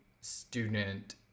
student